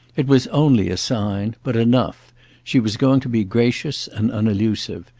it was only a sign, but enough she was going to be gracious and unallusive,